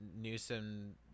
Newsom